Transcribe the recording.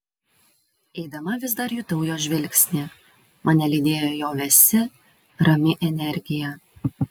eidama vis dar jutau jo žvilgsnį mane lydėjo jo vėsi rami energija